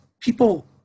people